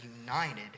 united